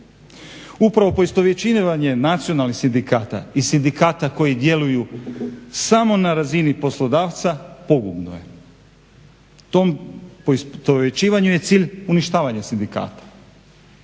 Upravo poistovjećivanje nacionalnih sindikata i sindikata koji djeluju samo na razini poslodavca pogubno je. Tom poistovjećivanju je cilj uništavanje sindikata.